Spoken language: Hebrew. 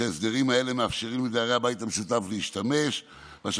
והסדרים אלו מאפשרים לדיירי הבית המשותף להשתמש בהם.